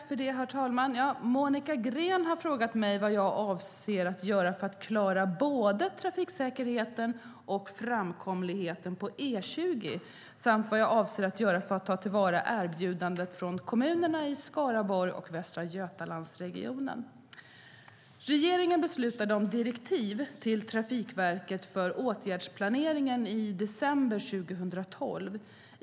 Herr talman! Monica Green har frågat mig vad jag avser att göra för att klara både trafiksäkerheten och framkomligheten på E20 samt vad jag avser att göra för att ta till vara erbjudandet från kommunerna i Skaraborg och Västra Götalandsregionen. Regeringen beslutade om direktiv till Trafikverket för åtgärdsplaneringen i december 2012.